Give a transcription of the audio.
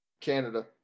Canada